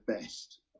best